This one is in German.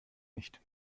nicht